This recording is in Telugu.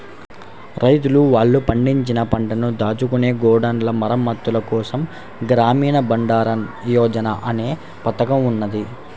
రైతన్నలు వాళ్ళు పండించిన పంటను దాచుకునే గోడౌన్ల మరమ్మత్తుల కోసం గ్రామీణ బండారన్ యోజన అనే పథకం ఉన్నది